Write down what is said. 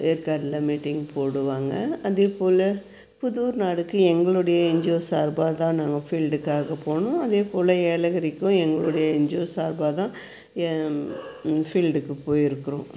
ஏற்காடில் meeting போடுவாங்கள் அதேபோல் புதூர் நாடுக்கு எங்களுடைய என்ஜியோ சார்பாகதான் நாங்கள் ஃபீல்டுக்காக போனோம் அதேபோல் ஏலகிரிக்கும் எங்களுடைய என்ஜியோ சார்பாகதான் ஃபீல்டுக்கு போயிருக்கிறோம்